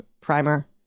Primer